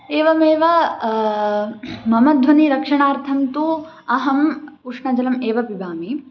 एवमेव मम ध्वनिरक्षणार्थं तु अहम् उष्णजलम् एव पिबामि